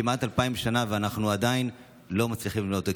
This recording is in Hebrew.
וכמעט אלפיים שנה אנחנו עדיין לא מצליחים לבנות אותו,